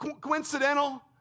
coincidental